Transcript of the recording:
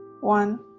one